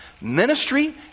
ministry